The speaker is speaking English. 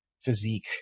physique